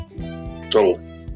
total